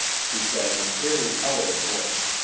she said in a queerly colorless voice.